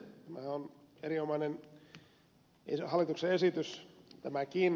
tämähän on erinomainen hallituksen esitys tämäkin